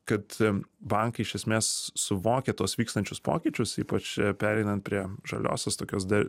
kad bankai iš esmės suvokia tuos vykstančius pokyčius ypač pereinant prie žaliosios tokios dar